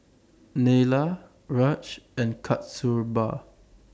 Neila Raj and Kasturba